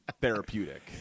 therapeutic